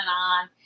on